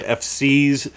FC's